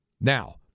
Now